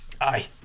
Aye